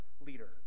leader